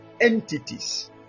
entities